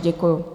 Děkuju.